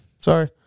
Sorry